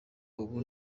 ubu